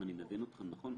אם אני מבין אתכם נכון,